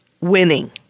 winning